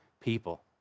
people